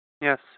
Yes